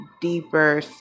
deeper